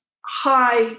high